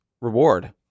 reward